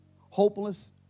hopeless